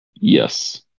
Yes